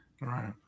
Right